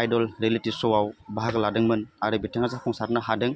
idol reality show बाहागो लादोंमोन आरो बिथाङा जाफुंसारनो हादों